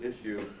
issue